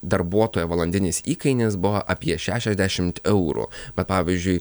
darbuotojo valandinis įkainis buvo apie šešiasdešimt eurų bet pavyzdžiui